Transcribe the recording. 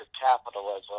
capitalism